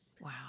Wow